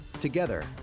Together